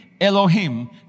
Elohim